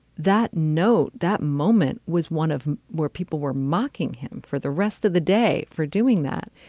that no. that moment was one of where people were mocking him for the rest of the day for doing that.